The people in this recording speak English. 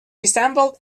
resembled